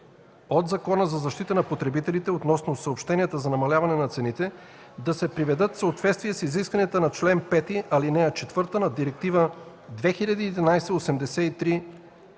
от Закона за защита на потребителите относно съобщенията за намаляване на цените да се приведат в съответствие с изискванията на чл. 5, ал. 4 на Директива 2011/83/ЕС